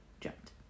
jumped